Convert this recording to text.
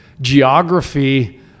geography